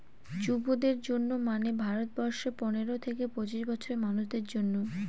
যুবদের জন্য মানে ভারত বর্ষে পনেরো থেকে পঁচিশ বছরের মানুষদের জন্য